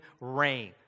rain